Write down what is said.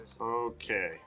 Okay